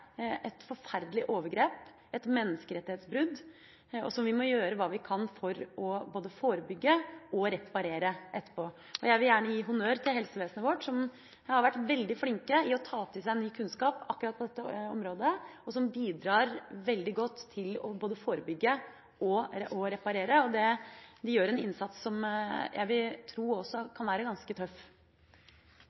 et forferdelig overgrep – et menneskerettighetsbrudd – der vi må gjøre hva vi kan for å både forebygge og reparere. Jeg vil gjerne gi honnør til helsevesenet vårt, hvor de har vært veldig flinke til å ta til seg ny kunnskap akkurat på dette området og bidrar veldig godt til å både forebygge og reparere. De gjør en innsats som jeg vil tro kan være ganske tøff